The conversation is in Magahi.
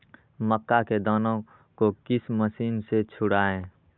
मक्का के दानो को किस मशीन से छुड़ाए?